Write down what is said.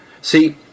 See